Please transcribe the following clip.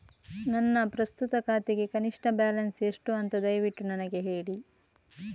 ನನ್ನ ಪ್ರಸ್ತುತ ಖಾತೆಗೆ ಕನಿಷ್ಠ ಬ್ಯಾಲೆನ್ಸ್ ಎಷ್ಟು ಅಂತ ದಯವಿಟ್ಟು ನನಗೆ ಹೇಳಿ